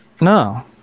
No